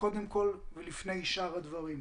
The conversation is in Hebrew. קודם כל ולפני שאר הדברים.